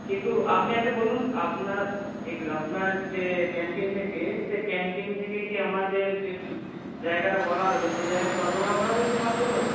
কিন্তু আপনি আগে বলুন আপনার আপনার যে ক্যান্টিন থেকে সে ক্যান্টিন থেকে গিয়ে আমাদের যে জায়গাটা বলা হবে সেই জায়গায় সরবরাহ করা হবে কি মালগুলো